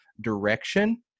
direction